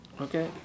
okay